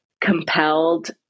compelled